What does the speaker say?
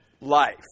life